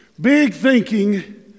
big-thinking